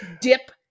dip